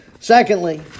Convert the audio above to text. Secondly